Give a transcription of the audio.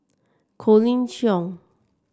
Colin Cheong